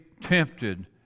tempted